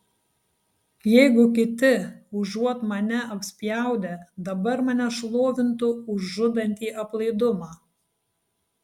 jeigu kiti užuot mane apspjaudę dabar mane šlovintų už žudantį aplaidumą